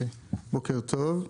בוקר טוב.